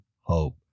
hope